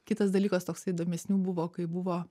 kitas dalykas toksai įdomesnių buvo kai buvo